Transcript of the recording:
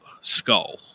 Skull